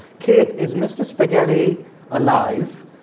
kate, is mr. spaghetti alive?